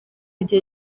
igihe